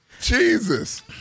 Jesus